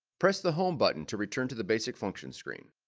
press the home button to return to the basic functions screen.